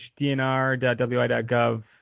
dnr.wi.gov